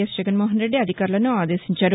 yes Jaganmohan Reddy అధికారులను ఆదేశించారు